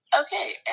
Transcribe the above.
Okay